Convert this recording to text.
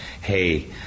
hey